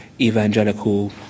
evangelical